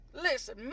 listen